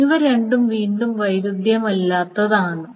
ഇവ രണ്ടും വീണ്ടും വൈരുദ്ധ്യമില്ലാത്തതാണോ